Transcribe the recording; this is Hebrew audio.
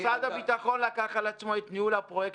משרד הביטחון לקח על עצמו את ניהול הפרויקט.